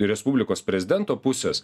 respublikos prezidento pusės